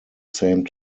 same